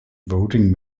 voting